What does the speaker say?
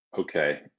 Okay